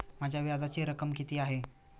माझ्या व्याजाची रक्कम किती आहे?